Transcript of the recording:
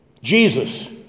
Jesus